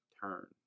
turn